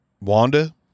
Wanda